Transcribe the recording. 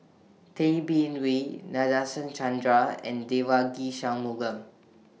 Tay Bin Wee Nadasen Chandra and Devagi Sanmugam